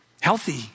healthy